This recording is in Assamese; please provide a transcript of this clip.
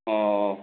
অঁ